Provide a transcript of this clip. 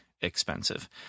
expensive